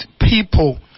people